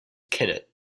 kennett